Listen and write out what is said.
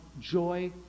joy